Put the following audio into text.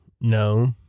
No